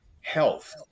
health